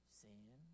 sin